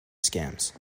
scams